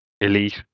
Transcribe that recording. elite